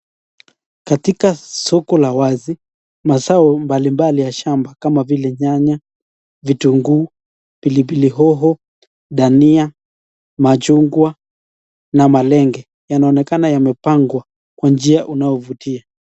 Katika soko la wazi mazao mbalimbali ya shamba kama vile nyanya, vitunguu, pilipili hoho, dania, machungwa na malenge yanaonekana yamepangwa kwa njia unaovutia.